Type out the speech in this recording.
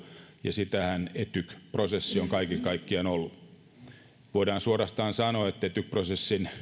ja sitähän etyk prosessi on kaiken kaikkiaan ollut voidaan suorastaan sanoa että etyk prosessin